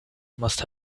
must